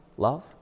Love